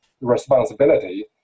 responsibility